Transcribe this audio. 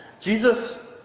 Jesus